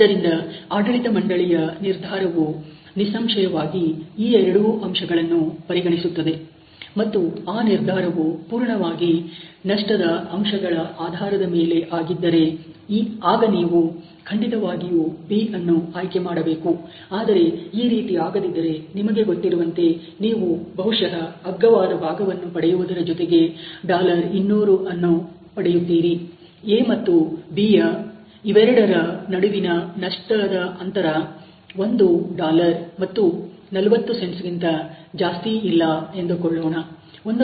ಆದ್ದರಿಂದ ಆಡಳಿತ ಮಂಡಳಿಯ ನಿರ್ಧಾರವು ನಿಸ್ಸಂಶಯವಾಗಿ ಈ ಎರಡು ಅಂಶಗಳನ್ನು ಪರಿಗಣಿಸುತ್ತದೆ ಮತ್ತು ಆ ನಿರ್ಧಾರವು ಪೂರ್ಣವಾಗಿ ನಷ್ಟದ ಅಂಶಗಳfactor's ಆಧಾರದ ಮೇಲೆ ಆಗಿದ್ದರೆ ಆಗ ನೀವು ಖಂಡಿತವಾಗಿಯೂ B ಅನ್ನು ಆಯ್ಕೆ ಮಾಡಬೇಕು ಆದರೆ ಈ ರೀತಿ ಆಗದಿದ್ದರೆ ನಿಮಗೆ ಗೊತ್ತಿರುವಂತೆ ನೀವು ಬಹುಶಃ ಅಗ್ಗವಾದ ಭಾಗವನ್ನು ಪಡೆಯುವುದರ ಜೊತೆಗೆ 200 ಅನ್ನು ಪಡೆಯುತ್ತೀರಿ A ಮತ್ತು B ಯ ಇವೆರಡರ ನಡುವಿನ ನಷ್ಟವದ ಅಂತರ ಒಂದು ಡಾಲರ್ ಮತ್ತು 40 ಸೆಂಟ್ಸಗಿಂತ 1 and 40 cents ಜಾಸ್ತಿ ಇಲ್ಲ ಎಂದುಕೊಳ್ಳೋಣ